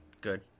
good